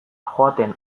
joaten